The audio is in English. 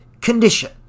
condition